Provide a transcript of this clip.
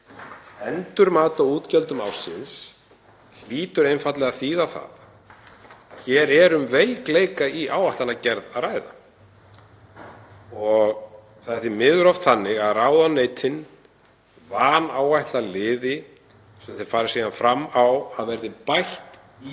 Endurmat á útgjöldum ársins hlýtur einfaldlega að þýða að hér sé um veikleika í áætlanagerð að ræða. Það er því miður oft þannig að ráðuneytin vanáætla liði sem þau fara síðan fram á að verði bætt í